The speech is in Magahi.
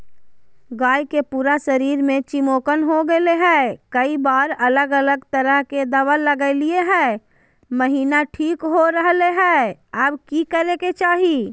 गाय के पूरा शरीर में चिमोकन हो गेलै है, कई बार अलग अलग तरह के दवा ल्गैलिए है महिना ठीक हो रहले है, अब की करे के चाही?